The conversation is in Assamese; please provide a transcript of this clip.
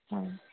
হয়